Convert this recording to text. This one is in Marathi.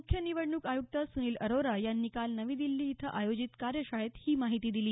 मुख्य निवडणूक आयुक्त सुनील अरोरा यांनी काल नवी दिल्ली इथं आयोजित कार्यशाळेत ही माहिती दिली